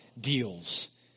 deals